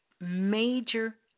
major